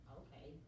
okay